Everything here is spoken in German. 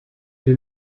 den